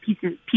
pieces